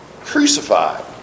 crucified